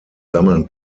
sammeln